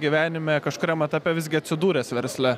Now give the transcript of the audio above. gyvenime kažkuriam etape visgi atsidūręs versle